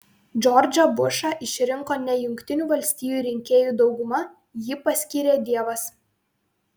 džordžą bušą išrinko ne jungtinių valstijų rinkėjų dauguma jį paskyrė dievas